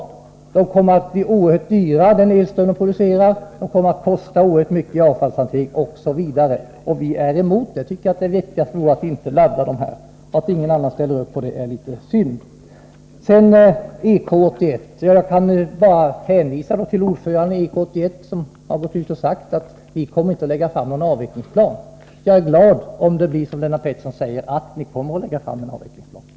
Dessa kraftverk kommer att bli oerhört dyra, och den elström de producerar kommer att kosta oerhört mycket när det gäller avfallshantering osv. Vi är emot detta. Det vettigaste vore att inte ladda dem. Att ingen annan ställer upp på detta är synd. Beträffande EK 81 kan jag bara hänvisa till ordföranden i denna utredning som har gått ut och sagt att man inte kommer att lägga fram någon avvecklingsplan. Men jag är glad om det blir som Lennart Pettersson säger, att man kommer att lägga fram en avvecklingsplan.